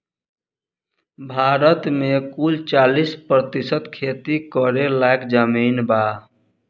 भारत मे कुल चालीस प्रतिशत खेती करे लायक जमीन बा